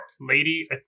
lady